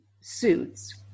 suits